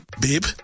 Babe